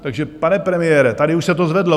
Takže pane premiére, tady už se to zvedlo.